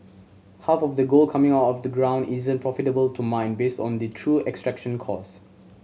half of the gold coming out of the ground isn't profitable to mine based on the true extraction cost